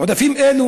עודפים אלו,